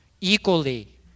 equally